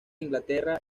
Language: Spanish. inglaterra